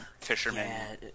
Fisherman